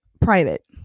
private